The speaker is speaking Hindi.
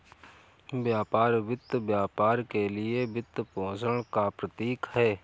व्यापार वित्त व्यापार के लिए वित्तपोषण का प्रतीक है